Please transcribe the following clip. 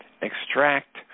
extract